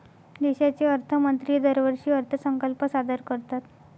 देशाचे अर्थमंत्री दरवर्षी अर्थसंकल्प सादर करतात